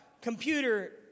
computer